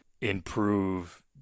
improve